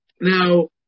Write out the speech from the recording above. Now